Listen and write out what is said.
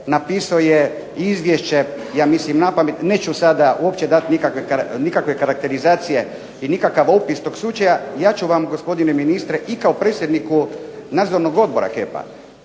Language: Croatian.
napisao je izvješće, ja mislim napamet. Neću sada uopće dati nikakve karakterizacije i nikakav opis toga slučaja, ja ću vam, gospodine ministre i kao predsjedniku Nadzornog odbora "HEP-a"